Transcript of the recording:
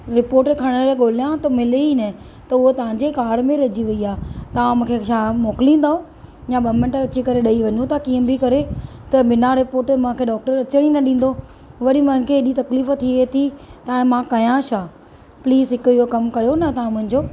report खणण लाइ ॻोल्हियां त मिले ई न त उहा तव्हां जे कारु में रहिजी वई आहे तव्हां मूंखे छा मोकिलींदव या ॿ मिंट अची करे ॾेई वञो त कीअं बि करे त बिना रिपोर्ट मूंखे डॉक्टर अचणु ई न ॾींदो वरी मूंखे हेॾी तकलीफ़ु थिए थी त मां कयां छा प्लीज़ हिकु इहो कमु कयो न तव्हां मुंहिंजो